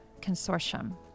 Consortium